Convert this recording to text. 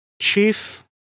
Chief